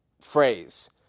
phrase